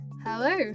Hello